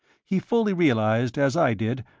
he fully realized, as i did,